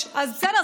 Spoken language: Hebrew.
אז בסדר,